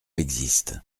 existe